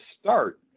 start